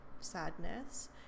sadness